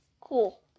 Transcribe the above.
Cool